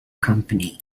company